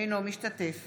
אינו משתתף